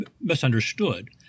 misunderstood